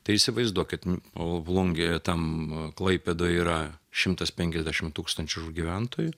tai įsivaizduokit o plungėje tam klaipėdoj yra šimtas penkiasdešim tūkstančių gyventojų